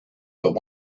but